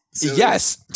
Yes